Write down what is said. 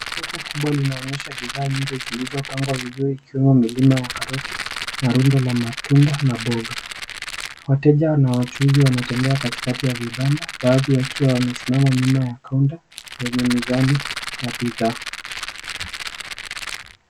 Soko kubwa linaonyesha bidhaa nyingi zilizopangwa vizuri, ikiwa milima ya karoti, na rundo la matunda na mboga. Wateja na wachuuzi wanatembea katikati ya vibanda, baadhi wakiwa wamesimama nyuma ya kaunta zenye mizani ya bidhaa.